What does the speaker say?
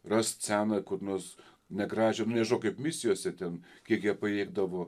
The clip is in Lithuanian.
rast seną kur nors negražią nu nežinau kaip misijose ten kiek jie pajėgdavo